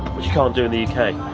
which you can't do in the